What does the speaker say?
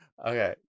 Okay